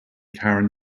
karen